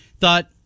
thought